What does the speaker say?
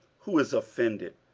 who is offended,